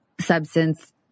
substance